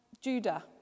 Judah